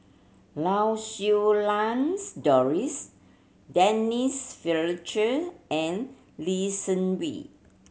Lau Siew Lang's Doris Denise Fletcher and Lee Seng Wee